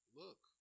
look